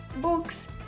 books